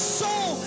soul